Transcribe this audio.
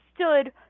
stood